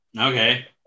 Okay